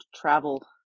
travel